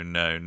no